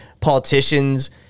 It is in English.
politicians